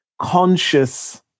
conscious